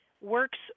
works